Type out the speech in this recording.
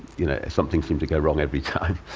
you know something seemed to go wrong every time,